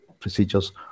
procedures